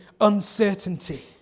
uncertainty